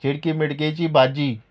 शिडकी मिडकेची भाजी